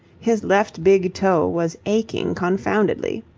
his left big toe was aching confoundedly.